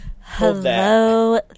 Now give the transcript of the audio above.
Hello